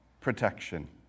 protection